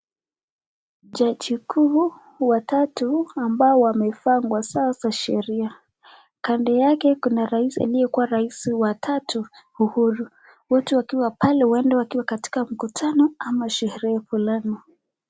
Jaji kuu wa tatu ambao wamevaa nguo zao za sheria, Kando yake kuna raisi aliye kuwa raisi wa tatu Uhuru wote wakiwa pale huenda wakiwa mkutano au sherehe fulani.